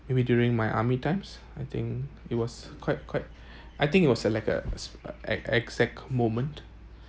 maybe during my army times I think it was quite quite I think it was a like a ex~ exact moment